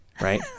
Right